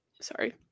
sorry